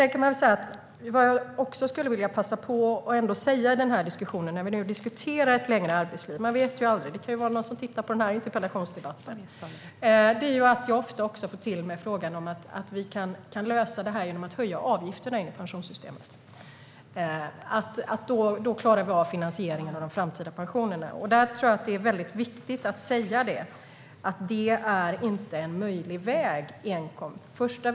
När vi nu diskuterar ett längre arbetsliv skulle jag gärna vilja passa på att säga - det kan ju vara någon som tittar på den här interpellationsdebatten - att jag ofta får höra att vi skulle kunna lösa detta genom att höja avgifterna i pensionssystemet och att det skulle vara tillräckligt för att vi skulle klara av finansieringen av de framtida pensionerna. Jag tror att det är viktigt att säga att detta inte är en möjlig väg.